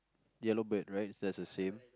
yellow bird right just the same